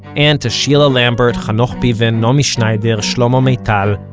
and to sheila lambert, hanoch piven, naomi schneider, shlomo maital,